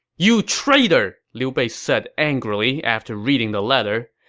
you traitor! liu bei said angrily after reading the letter.